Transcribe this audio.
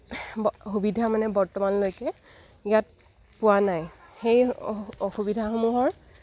সুবিধা মানে বৰ্তমানলৈকে ইয়াত পোৱা নাই সেই অসুবিধাসমূহৰ